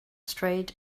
straight